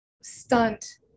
stunt